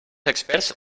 experts